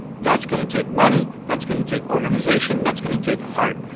that's going to take money. that's going to take organization. that's going to take heart.